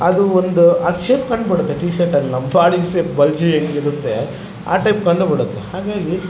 ಅದು ಒಂದು ಆ ಶೇಪ್ ಕಂಡು ಬಿಡುತ್ತೆ ಟಿ ಶರ್ಟ್ನಲ್ಲಿ ನಮ್ಮ ಬಾಡಿ ಶೇಪ್ ಬಲ್ಜಿ ಹೆಂಗಿರತ್ತೆ ಆ ಟೈಪ್ ಕಂಡು ಬಿಡುತ್ತೆ ಹಾಗಾಗಿ